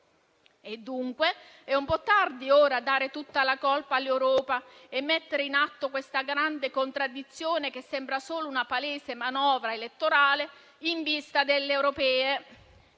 È dunque un po' tardi ora per dare tutta la colpa all'Europa e mettere in atto questa grande contraddizione, che sembra solo una palese manovra elettorale in vista delle elezioni